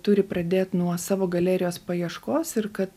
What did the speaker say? turi pradėt nuo savo galerijos paieškos ir kad